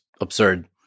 absurd